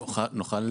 יכול להיות